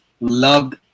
Loved